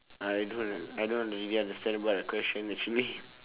I don't w~ uh I don't really understand about the question actually